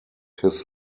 his